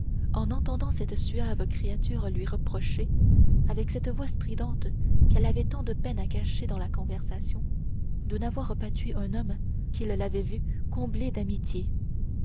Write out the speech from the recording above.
en entendant cette suave créature lui reprocher avec cette voix stridente qu'elle avait tant de peine à cacher dans la conversation de n'avoir pas tué un homme qu'il l'avait vue combler d'amitié